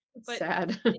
Sad